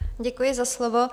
Děkuji za slovo.